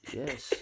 yes